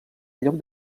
lloc